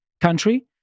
country